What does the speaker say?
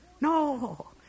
No